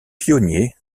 pionniers